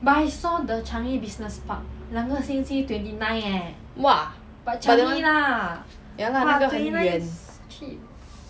!wah! but that [one] ya lah 那个很远